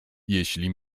jeśli